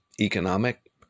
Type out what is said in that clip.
economic